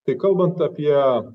tai kalbant apie